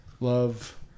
Love